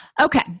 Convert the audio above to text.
Okay